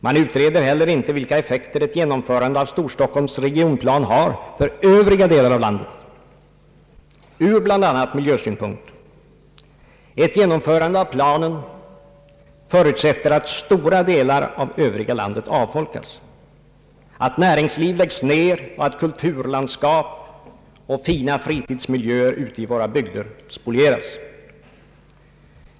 Man utreder heller inte vilka effekter ett genomförande av Storstockholms regionplan har för övriga delar av landet — ur bl.a. miljösynpunkt. Ett genomförande av planen förutsätter att stora delar av övriga landet avfolkas, att företag läggs ner och att kulturlandskap och fina fritidsmiljöer spolieras.